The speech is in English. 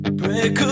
break